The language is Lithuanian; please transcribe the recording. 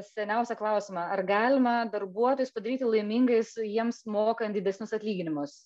seniausią klausimą ar galima darbuotojus padaryti laimingais jiems mokant didesnius atlyginimus